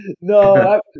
no